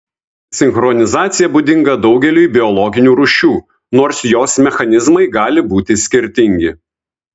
sinchronizacija būdinga daugeliui biologinių rūšių nors jos mechanizmai gali būti skirtingi